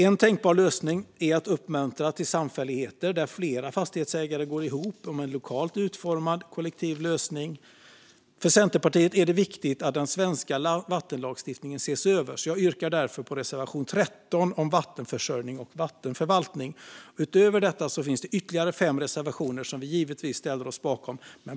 En tänkbar lösning är att uppmuntra till samfälligheter där flera fastighetsägare går ihop om en lokalt utformad kollektiv lösning. För Centerpartiet är det viktigt att den svenska vattenlagstiftningen ses över. Jag yrkar därför bifall till reservation 13, om vattenförsörjning och vattenförvaltning. Utöver detta finns det ytterligare fem reservationer som vi givetvis ställer oss bakom.